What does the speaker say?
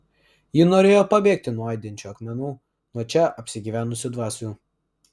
ji norėjo pabėgti nuo aidinčių akmenų nuo čia apsigyvenusių dvasių